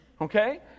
okay